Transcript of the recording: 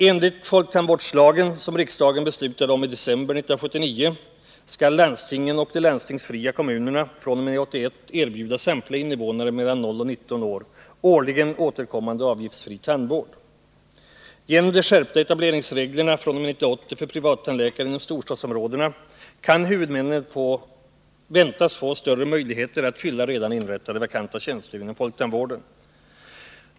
Enligt folktandvårdslagen, som riksdagen beslutade om i december 1979, skall landstingen och de landstingsfria kommunerna fr.o.m. 1981 erbjuda samtliga invånare mellan 0 och 19 år årligen återkommande avgiftsfri tandvård. Genom de skärpta etableringsreglerna fr.o.m. 1980 för privattandläkare inom storstadsområdena kan huvudmännen väntas få större möjligheter att fylla redan inrättade vakanta tjänster inom folktandvården.